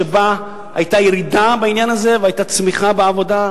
שבה היתה ירידה בעניין הזה והיתה צמיחה בעבודה,